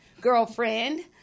girlfriend